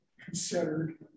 considered